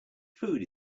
food